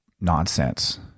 nonsense